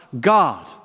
God